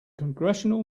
congressional